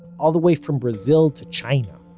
all the way from brazil to china.